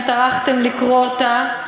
אם טרחתם לקרוא אותה.